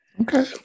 okay